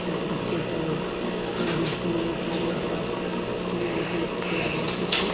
कि बच्चों चलो तुम भी सियो पुरो अपन सी ऊ के सिलाई मसीन से